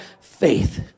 faith